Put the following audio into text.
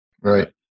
Right